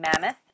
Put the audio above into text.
Mammoth